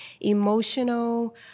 emotional